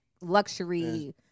luxury